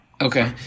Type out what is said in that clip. Okay